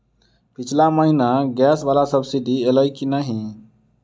पिछला महीना गैस वला सब्सिडी ऐलई की नहि?